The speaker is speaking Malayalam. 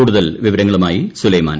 കൂടുതൽ വിവരങ്ങളുമായി സുലൈമാൻ